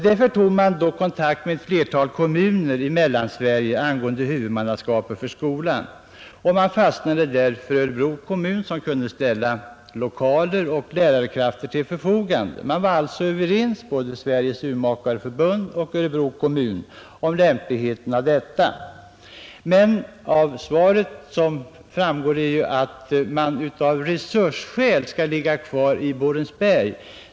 Därför tog man kontakt med ett flertal kommuner i Mellansverige angående huvudmannaskapet för skolan, och man fastnade för Örebro kommun, som kunde ställa lokaler och lärarkrafter till förfogande. Sveriges Urmakareoch optikerförbund och Örebro kommun var alltså ense om lämpligheten av denna förflyttning. Men av svaret framgår att skolan av resursskäl skall ligga kvar i Borensberg.